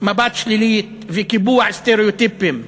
מבט שלילית וקיבוע סטריאוטיפים.